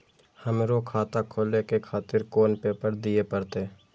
हमरो खाता खोले के खातिर कोन पेपर दीये परतें?